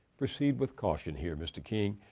proceed with caution here, mr. king.